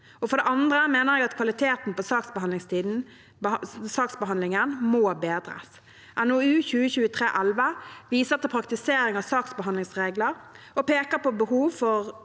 For det andre mener jeg at kvaliteten på saksbehandlingen må bedres. NOU 2023: 11 viser til praktisering av saksbehandlingsregler og peker på behov for